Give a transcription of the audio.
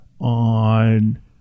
on